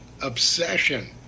obsession